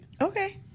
Okay